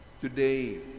Today